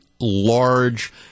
large